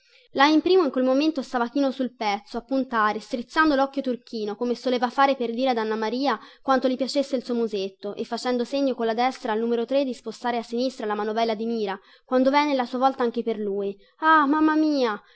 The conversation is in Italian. lajn primo in quel momento stava chino sul pezzo a puntare strizzando locchio turchino come soleva fare per dire ad anna maria quanto gli piacesse il suo musetto e facendo segno colla destra al numero tre di spostare a sinistra la manovella di mira quando venne la sua volta anche per lui ah mamma mia